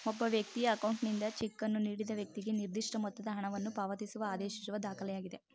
ಒಬ್ಬ ವ್ಯಕ್ತಿಯ ಅಕೌಂಟ್ನಿಂದ ಚೆಕ್ ಅನ್ನು ನೀಡಿದ ವೈಕ್ತಿಗೆ ನಿರ್ದಿಷ್ಟ ಮೊತ್ತದ ಹಣವನ್ನು ಪಾವತಿಸುವ ಆದೇಶಿಸುವ ದಾಖಲೆಯಾಗಿದೆ